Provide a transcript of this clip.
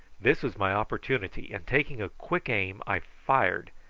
this was my opportunity, and taking a quick aim i fired,